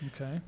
Okay